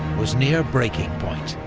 was near breaking point.